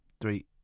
three